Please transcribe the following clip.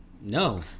No